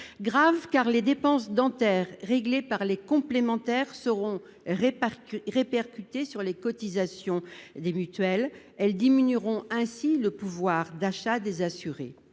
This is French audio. grave, car les dépenses dentaires réglées par les complémentaires seront répercutées sur les cotisations des mutuelles. Elles diminueront ainsi le pouvoir d'achat des assurés.